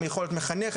זו יכולה להיות מחנכת,